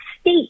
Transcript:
state